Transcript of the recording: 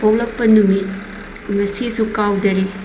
ꯄꯣꯛꯂꯛꯄ ꯅꯨꯃꯤꯠ ꯉꯁꯤꯁꯨ ꯀꯥꯎꯗꯔꯤ